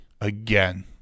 again